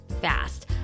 fast